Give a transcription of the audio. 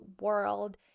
world